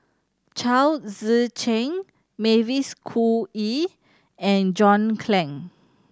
Chao Tzee Cheng Mavis Khoo Oei and John Clang